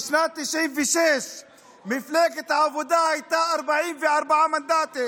בשנת 1996 מפלגת העבודה הייתה 44 מנדטים,